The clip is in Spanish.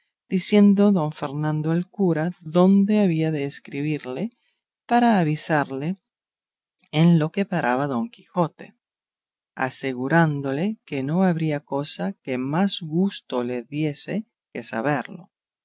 diciendo don fernando al cura dónde había de escribirle para avisarle en lo que paraba don quijote asegurándole que no habría cosa que más gusto le diese que saberlo